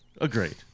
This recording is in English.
Agreed